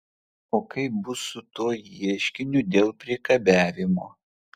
o kaip bus su tuo ieškiniu dėl priekabiavimo